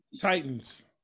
Titans